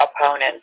opponents